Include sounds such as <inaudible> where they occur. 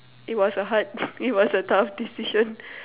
it was a hard <laughs> it was a tough decision